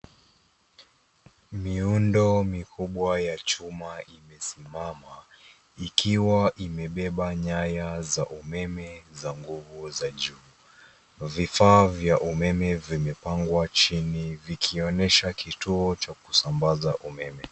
Miundo mikubwa ya chuma imesimama, ikiwa imebeba nyaya za umeme za nguvu za juu. Vifaa vya umeme vimepangwa chini, vikionyesha kituo cha kusambaza umeme.